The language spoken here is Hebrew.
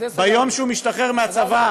ביום שהוא משתחרר מהצבא,